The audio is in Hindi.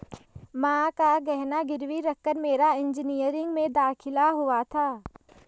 मां का गहना गिरवी रखकर मेरा इंजीनियरिंग में दाखिला हुआ था